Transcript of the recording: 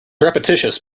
repetitious